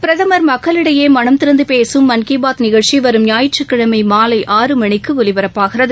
பிரதமர் மக்களிடையே மனம் திறந்து பேசும் மன் கி பாத் நிகழ்ச்சி வரும் ஞாயிற்றுக்கிழமை மாலை ஆறு மணிக்கு ஒலிபரப்பாகிறது